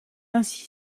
ainsi